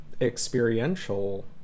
experiential